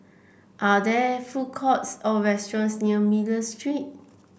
are there food courts or restaurants near Miller Street